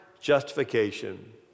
justification